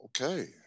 okay